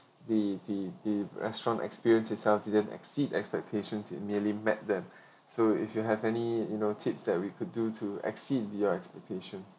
the the the restaurant experience itself didn't exceed expectations in nearly met them so if you have any you know tips that we could do to exceed your expectation